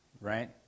right